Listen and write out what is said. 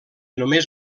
només